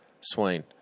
Swain